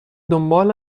دنبال